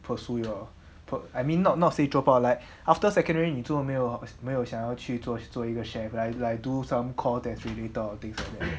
pursue your pur~ I mean not not say drop out like after secondary 你做么没有没有想要去做去做一个 chef like like do some course that key or things like that